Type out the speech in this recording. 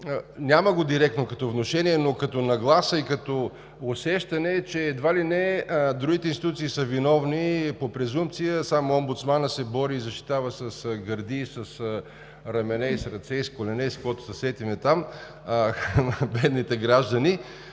няма го директно като внушение, но като нагласа и като усещане е, че едва ли не другите институции са виновни по презумпция, и само омбудсманът се бори и защитава с гърди, с рамене, с ръце, с колене и с каквото се сетим там (оживление,